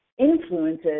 influences